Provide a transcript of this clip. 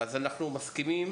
אז אנחנו מסכימים,